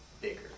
bigger